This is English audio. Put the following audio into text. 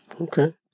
Okay